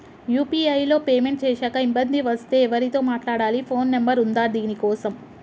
UPI లో payment చేశాక ఇబ్బంది వస్తే ఎవరితో మాట్లాడాలి? ఫోన్ నంబర్ ఉందా దీనికోసం?